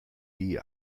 die